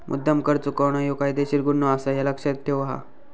मुद्द्दाम कर चुकवणा ह्यो कायदेशीर गुन्हो आसा, ह्या लक्ष्यात ठेव हां